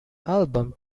album